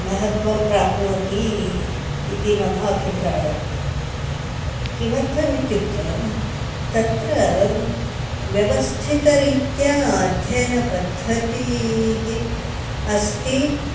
महत्त्वं प्राप्नोति इति मम अभिप्रायः किमर्थमित्युक्ते तत्र व्यवस्थितरीत्या अध्ययनपद्धतीः अस्ति